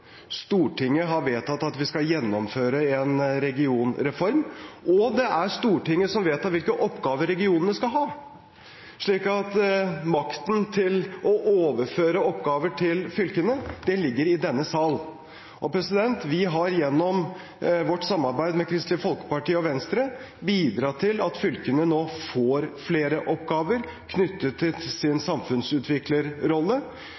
Stortinget har vedtatt at vi skal gjennomføre en regionreform. Det er Stortinget som vedtar hvilke oppgaver regionene skal ha. Makten til å overføre oppgaver til fylkene ligger i denne sal. Vi har gjennom vårt samarbeid med Kristelig Folkeparti og Venstre bidratt til at fylkene nå får flere oppgaver knyttet til